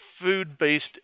food-based